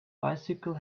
bicycle